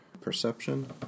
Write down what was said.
perception